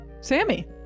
Sammy